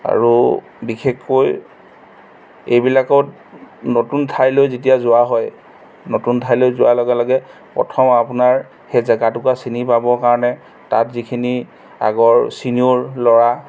আৰু বিশেষকৈ এইবিলাকত নতুন ঠাইলৈ যেতিয়া যোৱা হয় নতুন ঠাইলৈ যোৱাৰ লগে লগে প্ৰথম আপোনাৰ সেই জেগা টুকুৰা চিনি পাবৰ কাৰণে তাত যিখিনি আগৰ চিনিয়ৰ ল'ৰা